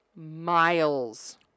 Miles